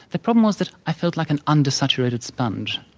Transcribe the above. the problem was that i felt like an undersaturated sponge.